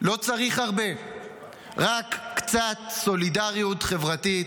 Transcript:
לא צריך הרבה, רק קצת סולידריות חברתית,